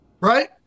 Right